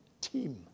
team